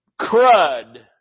crud